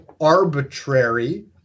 arbitrary